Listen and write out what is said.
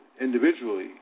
individually